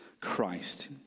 Christ